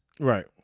Right